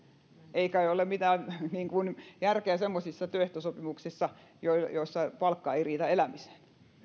ei kai ole mitään järkeä semmoisissa työehtosopimuksissa joissa palkka ei riitä elämiseen